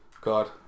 God